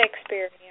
experience